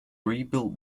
rebuilt